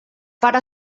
pare